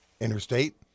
interstate